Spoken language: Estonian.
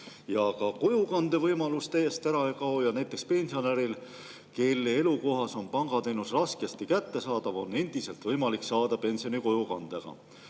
Ka kojukande võimalus täiesti ära ei kao ja näiteks pensionäril, kelle elukohas on pangateenus raskesti kättesaadav, on endiselt võimalik saada pensioni kojukandega.